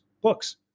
books